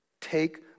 Take